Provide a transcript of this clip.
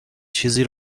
چیزی